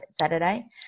Saturday